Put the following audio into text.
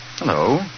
Hello